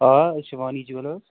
آ أسۍ چھِ وانی جیٛولٲرٕس